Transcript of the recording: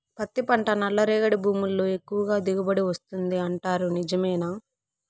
పత్తి పంట నల్లరేగడి భూముల్లో ఎక్కువగా దిగుబడి వస్తుంది అంటారు నిజమేనా